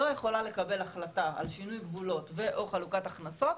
לא יכולה לקבל החלטה על שינוי גבולות ו/או חלוקת הכנסות,